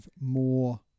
more